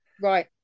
Right